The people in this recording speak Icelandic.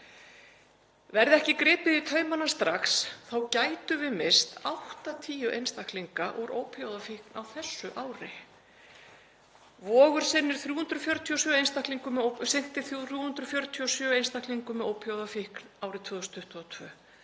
Verði ekki gripið í taumana strax þá gætum við misst 80 einstaklinga úr ópíóíðafíkn á þessu ári. Vogur sinnti 347 einstaklingum með ópíóíðafíkn árið 2022.